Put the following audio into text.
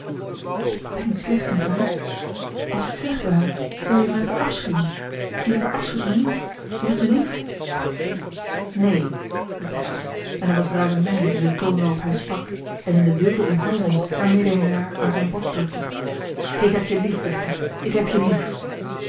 ik ben niet slecht niet waar als ik slecht ware zou je mij verafschuwen en je verafschuwt mij niet je hebt mij lief neen riep hij uit en er was razernij in den toon waarop hij sprak en in de wilde omhelzing waarmede hij haar aan zijn borst drukte ik heb je lief bertha ik heb je lief